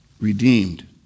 redeemed